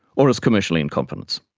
or as commercially in confidence.